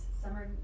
summer